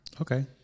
okay